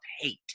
hate